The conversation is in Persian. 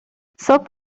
صبح